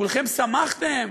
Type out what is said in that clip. כולכם שמחתם